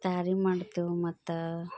ತಾರಿ ಮಾಡ್ತೇವೆ ಮತ್ತು